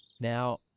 Now